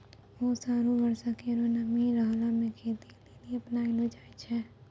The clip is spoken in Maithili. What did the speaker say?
ओस आरु बर्षा केरो नमी रहला सें खेती लेलि अपनैलो जाय छै?